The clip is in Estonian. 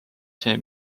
see